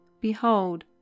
behold